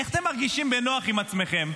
איך אתם מרגישים בנוח עם עצמכם,